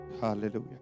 Hallelujah